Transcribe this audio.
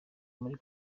muri